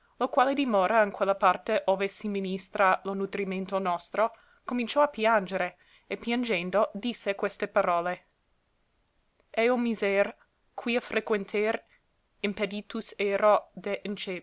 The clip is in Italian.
lo quale dimora in quella parte ove si ministra lo nutrimento nostro cominciò a piangere e piangendo disse queste parole heu miser quia frequenter impeditus